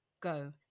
go